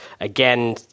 again